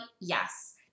yes